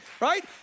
right